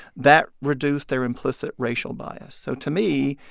that reduced their implicit racial bias so to me,